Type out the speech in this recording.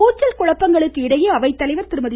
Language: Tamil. கூச்சல் குழப்பங்களுக்கு இடையே அவைத்தலைவர் திருமதி